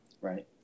Right